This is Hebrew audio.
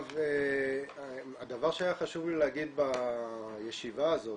הדבר שהיה חשוב לי להגיד בישיבה הזאת,